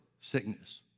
sickness